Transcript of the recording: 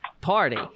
Party